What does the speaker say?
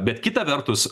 bet kita vertus